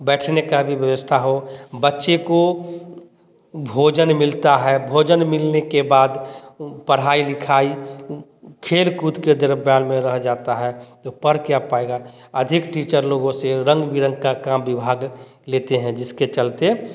बैठने का व्यवस्था हो बच्चे को भोजन मिलता है भोजन मिलने के बाद पढ़ाई लिखाए खेलकूद के तरफ जाता है तो पढ़ क्या पाएगा अधिक टीचर लोगों से रंग बिरंगे का काम विभाग लेते हैं जिसके चलते